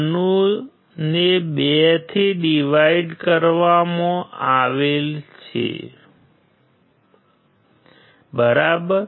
96 ને 2 થી ડિવાઈડેડ કરવામાં આવશે બરાબર